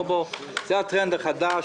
זה הטרנד החדש.